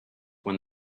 when